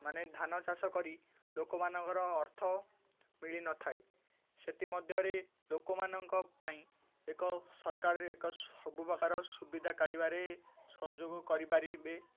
ମାନେ ଧାନ ଚାଷ କରି ଲୋକମାନଙ୍କର ଅର୍ଥ ମିଳିନଥାଏ ସେଥିମଧ୍ୟରେ ଲୋକମାନଙ୍କ ପାଇଁ ଏକ ସରକାରରେ ଏକ ସବୁପ୍ରକାର ସୁବିଧା କାଢ଼ିବାରେ ସହଯୋଗ କରିପାରିବେ